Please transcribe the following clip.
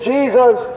Jesus